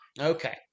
okay